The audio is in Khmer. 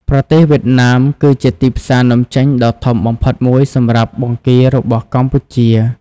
ប្រទេសវៀតណាម គឺជាទីផ្សារនាំចេញដ៏ធំបំផុតមួយសម្រាប់បង្គារបស់កម្ពុជា។